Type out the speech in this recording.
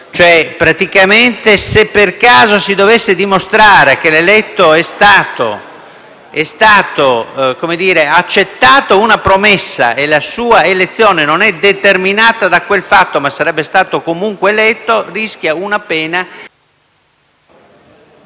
cento. Praticamente, se per caso si dovesse dimostrare che l'eletto ha accettato una promessa e la sua elezione non è determinata da quel fatto, ma sarebbe stato comunque eletto, egli rischia una pena